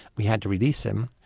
we had to release him,